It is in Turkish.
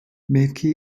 mevki